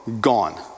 Gone